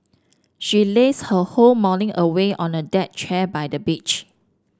she lazed her whole morning away on a deck chair by the beach